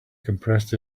compressed